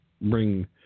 bring